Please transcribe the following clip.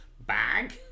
bag